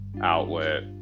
outlet